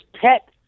pet